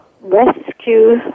rescue